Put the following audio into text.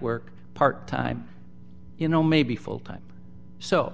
work part time you know maybe full time so